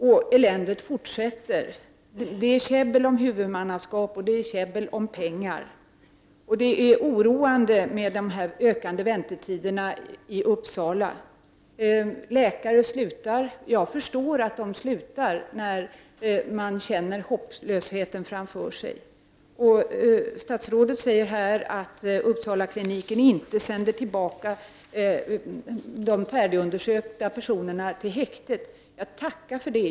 Och eländet fortsätter. Det är käbbel om huvudmannaskap och om pengar. De ökande väntetiderna i Uppsala är oroande. Det finns läkare som slutar, och jag förstår att de slutar när de känner hopplöshet inför framtiden. Statsrådet säger här att Uppsalakliniken inte sänder tillbaka de färdigundersökta personerna till häktet. Tacka för det!